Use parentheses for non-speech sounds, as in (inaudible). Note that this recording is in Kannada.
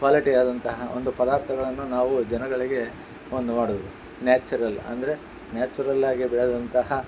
ಕ್ವಾಲಿಟಿ ಆದಂತಹ ಒಂದು ಪದಾರ್ಥಗಳನ್ನು ನಾವು ಜನಗಳಿಗೆ ಒಂದು (unintelligible) ನ್ಯಾಚುರಲ್ ಅಂದರೆ ನ್ಯಾಚುರಲ್ಲಾಗಿ ಬೆಳೆದಂತಹ